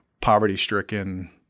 poverty-stricken